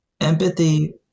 empathy